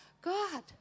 God